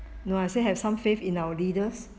no I still have some faith in our leaders